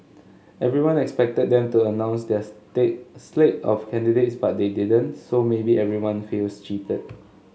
everyone expected them to announce their state slate of candidates but they didn't so maybe everyone feels cheated